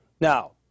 Now